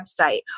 website